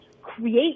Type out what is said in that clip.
create